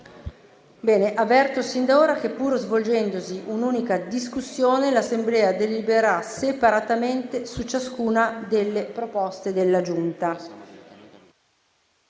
Avverto sin d'ora che, pur svolgendosi un'unica discussione, l'Assemblea delibererà separatamente su ciascuna delle proposte della Giunta.